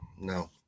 No